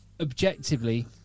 objectively